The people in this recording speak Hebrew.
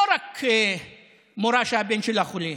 לא רק מורה שהבן שלה חולה,